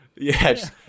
Yes